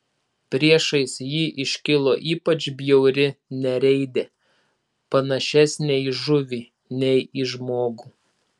priešais jį iškilo ypač bjauri nereidė panašesnė į žuvį nei į žmogų